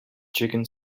chicken